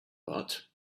but